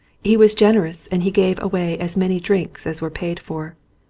he was generous and he gave away as many drinks as were paid for.